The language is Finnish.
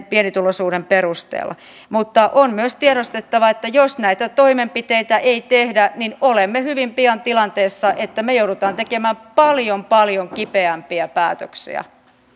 pienituloisuuden perusteella mutta on myös tiedostettava että jos näitä toimenpiteitä ei tehdä niin olemme hyvin pian tilanteessa että me joudumme tekemään paljon paljon kipeämpiä päätöksiä